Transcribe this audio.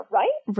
right